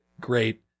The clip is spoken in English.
great